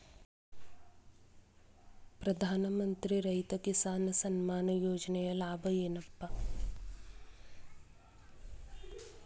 ಪ್ರಧಾನಮಂತ್ರಿ ರೈತ ಕಿಸಾನ್ ಸಮ್ಮಾನ ಯೋಜನೆಯ ಲಾಭ ಏನಪಾ?